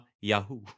Yahoo